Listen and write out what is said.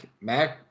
Mac